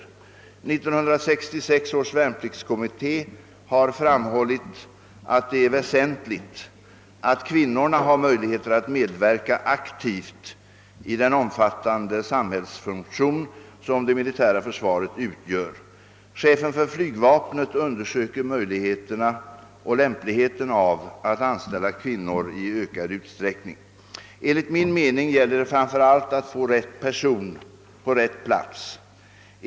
1966 års värnpliktskommitté har framhållit att det är vänsentligt att kvinnorna har möjligheter att medverka aktivt i den omfattande samhällsfunktion som det militära försvaret utgör. Chefen för flygvapnet undersöker möjligheterna och lämpligheten av att anställa kvinnor i ökad utsträckning. Enligt min mening gäller det framför allt att få rätt person på rätt plats.